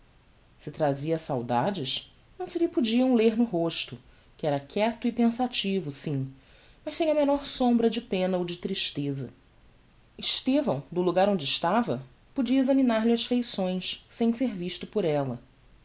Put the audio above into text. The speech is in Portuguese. se trazia saudades não se lhe podiam ler no rosto que era quieto e pensativo sim mas sem a menor sombra de pena ou de tristeza estevão do logar onde estava podia examinar lhe as feições sem ser visto por ella